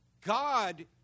God